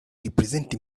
represent